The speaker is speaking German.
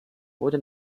wurde